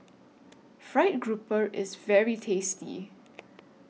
Fried Grouper IS very tasty